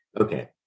okay